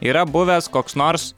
yra buvęs koks nors